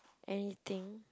anything